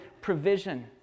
provision